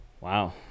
Wow